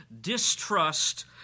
distrust